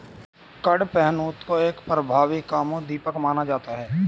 कडपहनुत को एक प्रभावी कामोद्दीपक माना जाता है